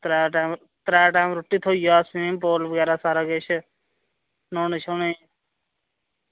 त्रैऽ टैम त्रैऽ टैम रुट्टी थ्होई जाह्ग तुसें ई पूल बगैरा न्हौने ई